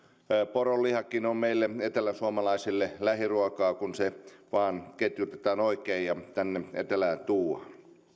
poronlihakin on meille eteläsuomalaisille lähiruokaa kun se vain ketjutetaan oikein ja tänne etelään tuodaan